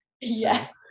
Yes